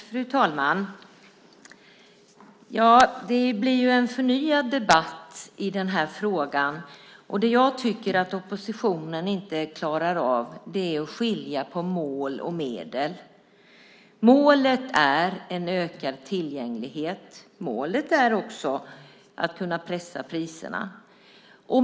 Fru talman! Det blir en förnyad debatt i frågan. Oppositionen klarar inte av att skilja på mål och medel. Målet är en ökad tillgänglighet. Målet är också att pressa priserna.